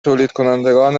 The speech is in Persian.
تولیدکنندگان